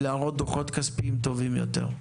וכדי להראות דו"חות כספיים טובים יותר.